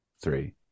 three